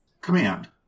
Command